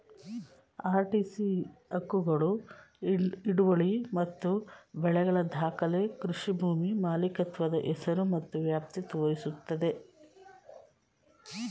RTC ಹಕ್ಕುಗಳು ಹಿಡುವಳಿ ಮತ್ತು ಬೆಳೆಗಳ ದಾಖಲೆ ಕೃಷಿ ಭೂಮಿ ಮಾಲೀಕತ್ವದ ಹೆಸರು ಮತ್ತು ವ್ಯಾಪ್ತಿ ತೋರಿಸುತ್ತೆ